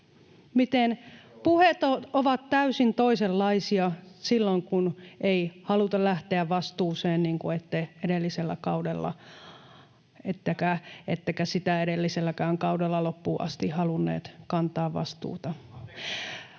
Miten puheet ovat täysin toisenlaisia silloin, kun ei haluta lähteä vastuuseen, niin kuin ette edellisellä kaudella, ettekä sitä edelliselläkään kaudella,